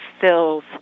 fills